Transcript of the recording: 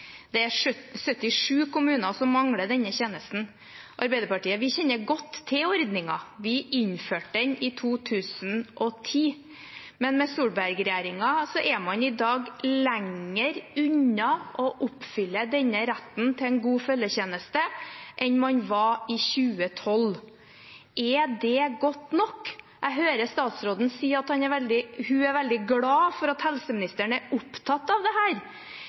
Det er 77 kommuner som mangler denne tjenesten. Arbeiderpartiet kjenner godt til ordningen. Vi innførte den i 2010, men med Solberg-regjeringen er man i dag lenger unna å oppfylle retten til en god følgetjeneste enn man var i 2012. Er det godt nok? Jeg hører statsråden si at hun er veldig glad for at helseministeren er opptatt av